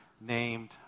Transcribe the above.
named